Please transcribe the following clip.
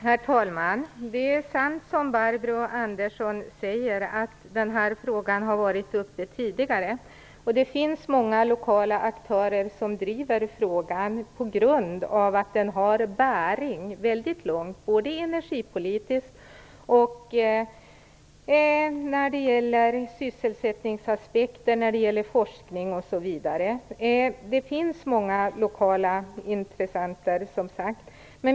Herr talman! Det är sant, som Barbro Andersson säger, att den här frågan har varit uppe tidigare. Det finns många lokala aktörer som driver frågan på grund av att den har bäring väldigt långt, när det gäller energipolitiken, sysselsättningsaspekten, forskningen osv. Det finns, som sagt, många lokala intressenter.